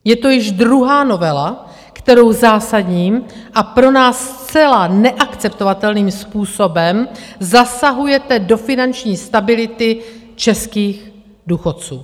Je to již druhá novela, kterou zásadním a pro nás zcela neakceptovatelným způsobem zasahujete do finanční stability českých důchodců.